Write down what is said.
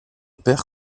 perd